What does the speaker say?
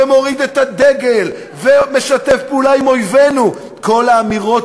"מוריד את הדגל" ו"משתף פעולה עם אויבינו" כל האמירות